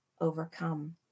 overcome